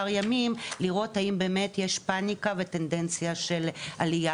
ימים לראות האם יש באמת פאניקה --- של עלייה,